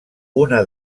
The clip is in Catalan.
una